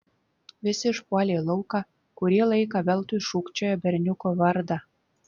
visi išpuolė į lauką kurį laiką veltui šūkčiojo berniuko vardą